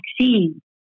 vaccine